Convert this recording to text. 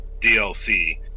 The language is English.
DLC